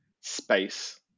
space